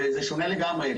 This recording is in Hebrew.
זה שונה לגמרי.